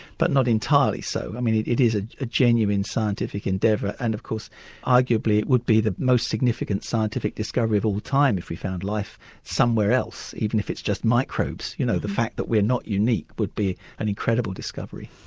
but not entirely so, it it is a ah genuine scientific endeavour. and of course arguably it would be the most significant scientific discovery of all time if we found life somewhere else, even if it's just microbes. you know, the fact that we're not unique would be an incredible discovery.